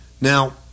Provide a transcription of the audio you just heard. Now